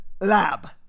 lab